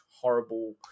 horrible